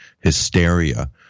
hysteria